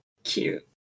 cute